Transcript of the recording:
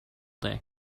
day